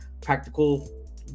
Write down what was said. practical